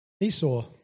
Esau